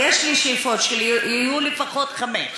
יש לי שאיפות שיהיו לפחות חמש.